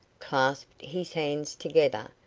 clasped his hands together,